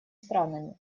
странами